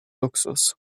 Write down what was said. luxus